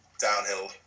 downhill